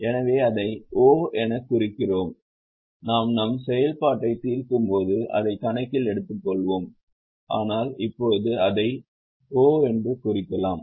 எனவே அதை 'o' எனக் குறிக்கிறோம் நாம் நம் செயல்பாட்டை தீர்க்கும்போது அதை கணக்கில் எடுத்துக்கொள்வோம் ஆனால் இப்போது அதை 'o' என்று குறிக்கலாம்